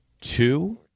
Two